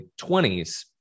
20s